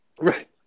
Right